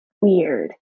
weird